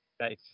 Nice